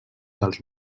dels